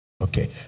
Okay